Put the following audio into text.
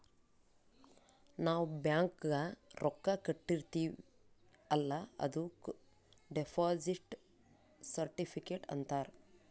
ನಾವ್ ಬ್ಯಾಂಕ್ಗ ರೊಕ್ಕಾ ಕಟ್ಟಿರ್ತಿವಿ ಅಲ್ಲ ಅದುಕ್ ಡೆಪೋಸಿಟ್ ಸರ್ಟಿಫಿಕೇಟ್ ಅಂತಾರ್